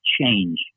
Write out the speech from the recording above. change